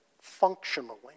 functionally